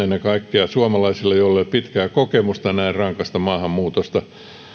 joilla ei ole pitkää kokemusta näin rankasta maahanmuutosta mutta jos nyt ajatellaan